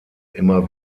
immer